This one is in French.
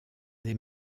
des